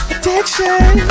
Addiction